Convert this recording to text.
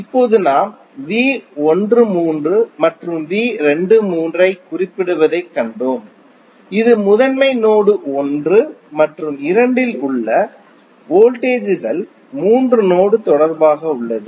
இப்போது நாம் V13 மற்றும் V23 ஐ குறிப்பிடுவதைக் கண்டோம் இது முதன்மை நோடு 1 மற்றும் 2 இல் உள்ள வோல்டேஜ் கள் 3 நோடு தொடர்பாக உள்ளது